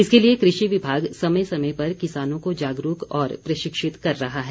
इसके लिए कृषि विभाग समय समय पर किसानों को जागरूक और प्रशिक्षित कर रहा है